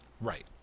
Right